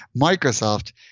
Microsoft